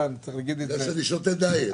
אני רוצה להעלות ארבע נקודות.